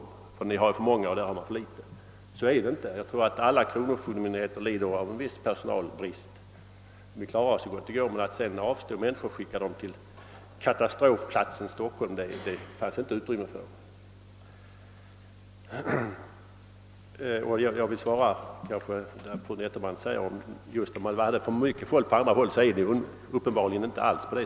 De övriga verken har för stor personal, och i Stockholm har man för liten. Så är det ju inte. Tvärtom lider alla kronofogdemyndigheter en viss brist på personal. Man klarar arbetet hjälpligt, men saknar möjligheter att skicka någon personal till katastrofplatsen Stockholm. Fru Nettelbrandt frågade om man har för mycket folk på andra håll. Så är det uppenbarligen inte alls.